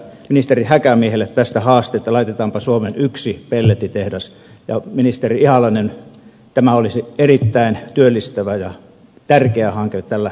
ministeri häkämiehelle tästä haaste että laitetaanpa suomeen yksi pellettitehdas ja ministeri ihalainen tämä olisi erittäin työllistävä ja tärkeä hanke tällä kaivossektorilla suomessa